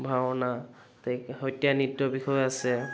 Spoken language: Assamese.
ভাওনা সত্ৰীয়া নৃত্যৰ বিষয়ে আছে